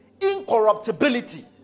incorruptibility